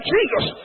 Jesus